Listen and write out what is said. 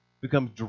becomes